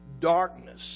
darkness